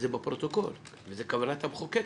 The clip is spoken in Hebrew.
וזה בפרוטוקול, וזו הייתה כוונת המחוקק